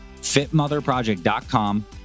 fitmotherproject.com